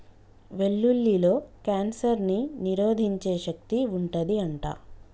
వెల్లుల్లిలో కాన్సర్ ని నిరోధించే శక్తి వుంటది అంట